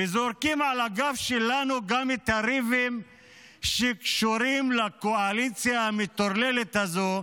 וזורקים על הגב שלנו גם את הריבים שקשורים לקואליציה המטורללת הזאת,